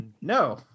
No